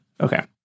Okay